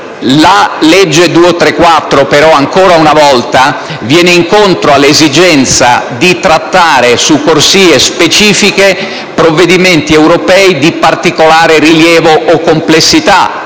La legge n. 234 però, ancora una volta, viene incontro all'esigenza di trattare su corsie specifiche provvedimenti europei di particolare rilievo o complessità: